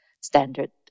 standard